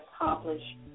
accomplish